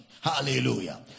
Hallelujah